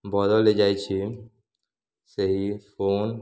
ବଦଳି ଯାଇଛି ସେହି ଫୋନ